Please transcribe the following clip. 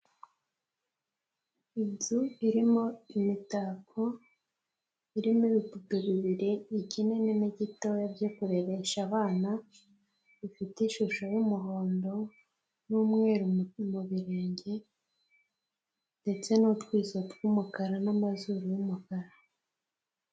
Inzu irimo imitako irimo ibipupe bibiri ikinini n'igitoya byo kureresha abana bifite ishusho y'umuhondo n'umweru mu birenge ndetse n'utwiso tw'umukara n'amazuru y'umukara.